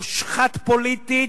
מושחת פוליטית,